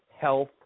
Health